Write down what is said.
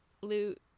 loot